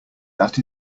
that